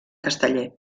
casteller